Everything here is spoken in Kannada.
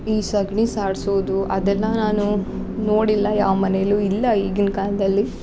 ಈ ಸಗಣಿ ಸಾರ್ಸೋದು ಅದೆಲ್ಲ ನಾನು ನೋಡಿಲ್ಲ ಯಾವ ಮನೇಲು ಇಲ್ಲ ಈಗಿನ ಕಾಲದಲ್ಲಿ